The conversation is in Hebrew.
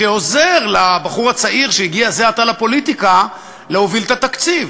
שעוזר לבחור הצעיר שהגיע זה עתה לפוליטיקה להוביל את התקציב,